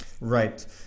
Right